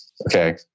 Okay